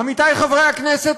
עמיתי חברי הכנסת,